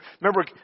remember